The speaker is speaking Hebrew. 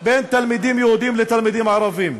בין תלמידים יהודים לתלמידים ערבים.